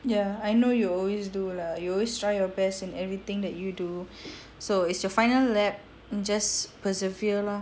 ya I know you always do lah you always try your best in everything that you do so is your final lap just persevere lah